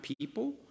people